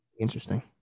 interesting